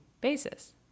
basis